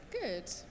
Good